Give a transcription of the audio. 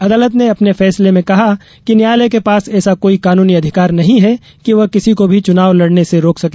अदालत ने अपने फैसले में कहा कि न्यायालय के पास ऐसा कोई कानुनी अधिकार नहीं है कि वह किसी को भी चुनाव लडने से रोक सके